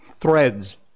Threads